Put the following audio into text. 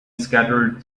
scattered